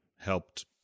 helped